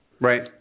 Right